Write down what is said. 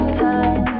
time